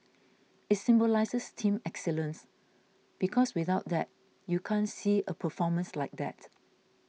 it symbolises team excellence because without that you can't see a performance like that